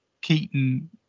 Keaton